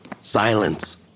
Silence